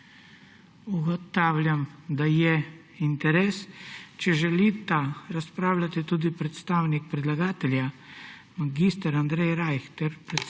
Ugotavljam, da je interes. Če želita razpravljati tudi predstavnik predlagatelja mag. Andrej Rajh ter predstavnik